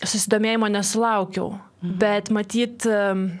susidomėjimo nesulaukiau bet matyt